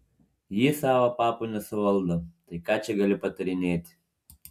ji savo papų nesuvaldo tai ką čia gali patarinėti